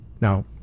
Now